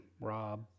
Rob